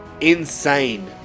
insane